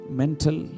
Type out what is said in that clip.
mental